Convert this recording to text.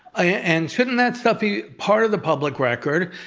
ah and shouldn't that stuff be part of the public record?